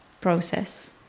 process